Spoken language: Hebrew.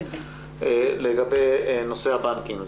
לגבי נושא הבנקים,